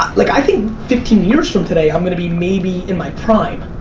like i think fifteen years from today i'm gonna be, maybe, in my prime.